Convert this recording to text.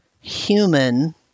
human